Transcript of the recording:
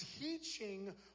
teaching